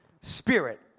spirit